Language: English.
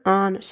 on